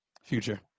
Future